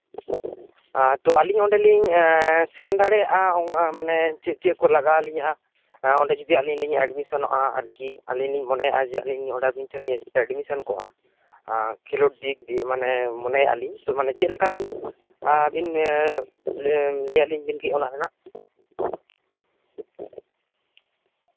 ᱛᱳ ᱟᱞᱤᱧ ᱚᱱᱰᱮ ᱞᱤᱧ ᱥᱮᱱ ᱫᱟᱲᱮᱭᱟᱜᱼᱟ ᱪᱮᱫ ᱪᱮᱫ ᱠᱚ ᱞᱟᱜᱟᱣ ᱞᱤᱧᱟ ᱚᱱᱰᱮ ᱡᱚᱫᱤ ᱟᱞᱤᱧ ᱞᱤᱧ ᱮᱰᱢᱤᱥᱚᱱᱚᱜᱼᱟ ᱟᱨᱠᱤ ᱟᱹᱞᱤᱧ ᱞᱤᱧ ᱢᱚᱱᱮᱭᱮᱜᱼᱟ ᱟᱵᱤᱱ ᱴᱷᱮᱱ ᱜᱤᱧ ᱮᱰᱢᱤᱥᱚᱱ ᱠᱚᱜᱼᱟ ᱟᱨ ᱠᱷᱮᱞᱳᱰ ᱫᱤᱠ ᱫᱤᱭᱮ ᱢᱚᱱᱮᱭᱮᱜᱼᱟ ᱞᱤᱧ ᱛᱳ ᱪᱮᱫ ᱞᱮᱠᱟᱵᱤᱱ ᱟᱵᱤᱱ ᱞᱟᱹᱭ ᱟᱹᱞᱤᱧ ᱵᱤᱱ ᱚᱱᱟ ᱨᱮᱱᱟᱜ